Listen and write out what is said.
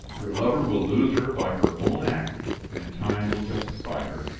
her lover will lose her by her own act and time will justify her.